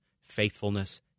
faithfulness